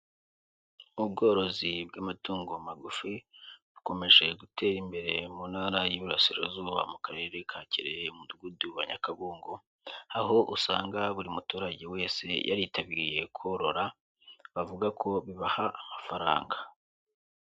Ubworozi bw'amatungo magufi, bukomeje gutera imbere mu Ntara y'Iburasirazuba mu Karere ka kirehe, umudugudu wa Nyakabungo, aho usanga buri muturage wese yaritabiriye korora, bavuga ko bibaha amafaranga.